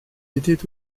était